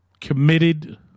committed